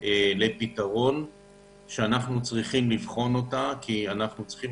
לפתרון שאנחנו צריכים לבחון אותה כי אנחנו צריכים